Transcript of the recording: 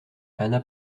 anna